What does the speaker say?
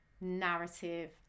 narrative